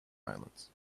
islands